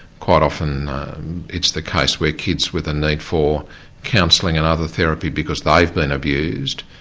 quite often it's the case where kids with a need for counselling and other therapy because they've been abused,